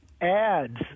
ads